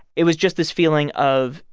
it was just this feeling of,